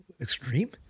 Extreme